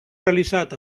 realitzat